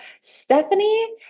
Stephanie